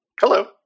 Hello